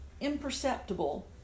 imperceptible